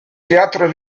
théâtre